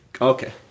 Okay